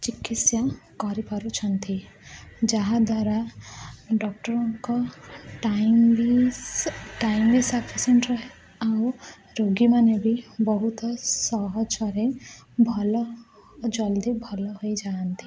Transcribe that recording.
ଚିକିତ୍ସା କରିପାରୁଛନ୍ତି ଯାହାଦ୍ୱାରା ଡକ୍ଟରଙ୍କ ଟାଇମ୍ ବି ଟାଇମ୍ ବି ସଫିସିଏଣ୍ଟ ରୁହେ ଆଉ ରୋଗୀମାନେ ବି ବହୁତ ସହଜରେ ଭଲ ଓ ଜଲ୍ଦି ଭଲ ହୋଇଯାଆନ୍ତି